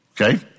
Okay